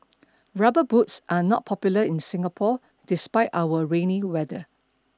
rubber boots are not popular in Singapore despite our rainy weather